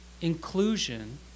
inclusion